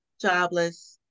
jobless